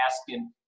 asking